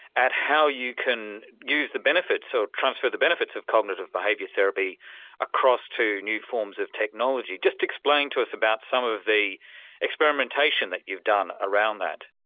at how you can use the benefits or transfer the benefits of cognitive behaviour therapy across to new forms of technology. just explain to us about some of the experimentation that you've done around that.